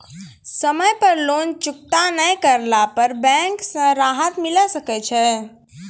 समय पर लोन चुकता नैय करला पर बैंक से राहत मिले सकय छै?